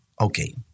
Okay